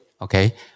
Okay